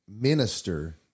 minister